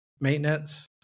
maintenance